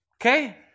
Okay